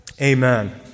Amen